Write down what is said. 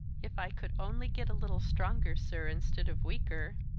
if i could only get a little stronger, sir, instead of weaker,